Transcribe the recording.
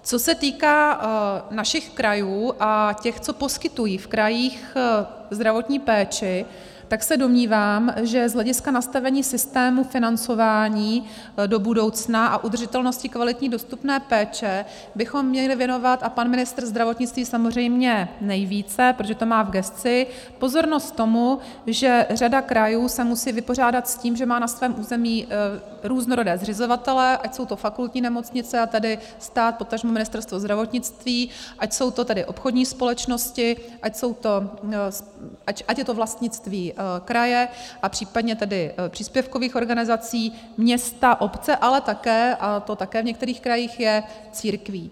Co se týká našich krajů a těch, co poskytují v krajích zdravotní péči, tak se domnívám, že z hlediska nastavení systému financování do budoucna a udržitelnosti kvalitní dostupné péče bychom měli věnovat a pan ministr zdravotnictví samozřejmě nejvíce, protože to má v gesci pozornost tomu, že řada krajů se musí vypořádat s tím, že má na svém území různorodé zřizovatele, ať jsou to fakultní nemocnice, a tedy stát, potažmo Ministerstvo zdravotnictví, ať jsou to tedy obchodní společnosti, ať je to vlastnictví kraje a případně tedy příspěvkových organizací, města, obce, ale také, a to také v některých krajích je, církví.